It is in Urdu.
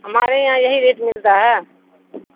ہمارے یہاں یہی ریٹ ملتا ہے